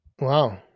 Wow